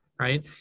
right